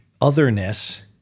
otherness